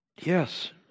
Yes